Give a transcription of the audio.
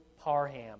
Parham